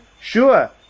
Sure